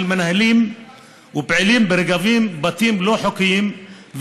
מנהלים ופעילים ברגבים בתים לא חוקיים,